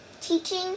teaching